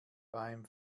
beim